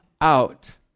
out